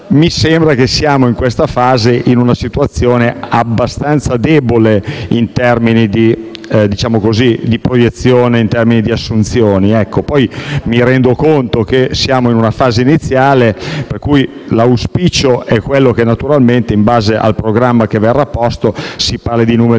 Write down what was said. Mi sembra che siamo, in questa fase, in una situazione abbastanza debole in termini di proiezione e in termini di assunzioni. Mi rendo poi conto che siamo in una fase iniziale e, pertanto, l'auspicio è quello che, in base al programma che verrà posto si parli di numeri